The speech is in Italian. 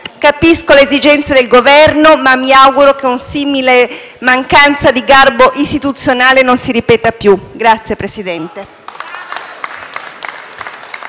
Capisco le esigenze del Governo, ma mi auguro che una simile mancanza di garbo istituzionale non si ripeta più. Grazie, signor Presidente.